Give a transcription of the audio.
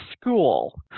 school